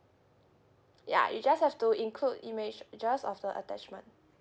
ya you just have to include images of the attachment